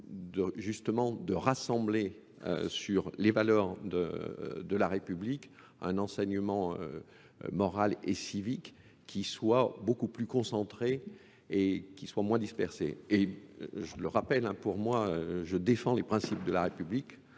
justement de rassembler sur les valeurs de la République un enseignement moral et civique qui soit beaucoup plus concentré et qui soit moins dispersé. Et je le rappelle, pour moi, je défends les principes de la République